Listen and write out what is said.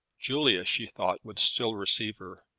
julia, she thought, would still receive her.